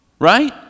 Right